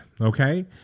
okay